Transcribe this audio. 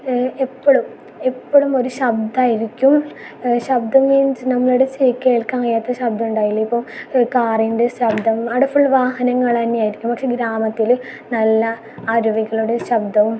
എപ്പളും എപ്പളും ഒരു ശബ്ദമായിരിക്കും ശബ്ദം മീൻസ് നമ്മുടെ ചെവിക്ക് കേൾക്കാൻ വയ്യത്ത ശബ്ദം ഉണ്ടായില്ലേ ഇപ്പോൾ കാറിൻ്റെ ശബ്ദം ആട ഫുൾ വാഹനങ്ങളന്നെയായിരിക്കും പക്ഷേ ഗ്രാമത്തില് നല്ല അരുവികളുടെ ശബ്ദവും